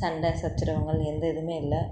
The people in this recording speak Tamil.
சண்டை சச்சரவுகள் எந்த இதுவுமே இல்லை